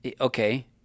okay